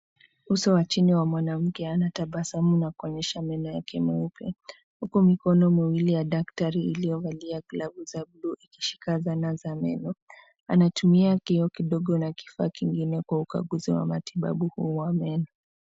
Uso wa chini wa mwanamke anayetabasamu na kuonyesha meno yake meupe, huku mikono miwili ya daktari iliyovalia glavu za bluu ikishika zana za meno. Anatumia kioo kidogo na kifaa kingine kwa ukaguzi wa matibabu huu wa meno.